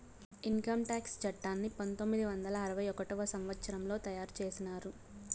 income tax చట్టాన్ని పంతొమ్మిది వందల అరవై ఒకటవ సంవచ్చరంలో తయారు చేసినారు